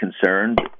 concerned